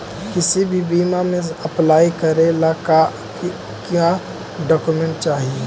किसी भी बीमा में अप्लाई करे ला का क्या डॉक्यूमेंट चाही?